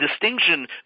distinction